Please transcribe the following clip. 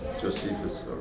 Josephus